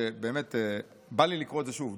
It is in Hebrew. באמת בא לי לקרוא את זה שוב.